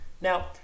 Now